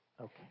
Okay